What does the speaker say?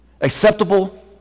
acceptable